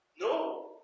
No